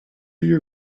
your